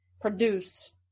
produce